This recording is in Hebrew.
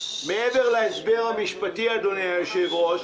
מעבר להסבר המשפטי, אדוני היושב-ראש,